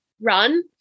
run